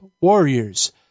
warriors